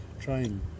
trying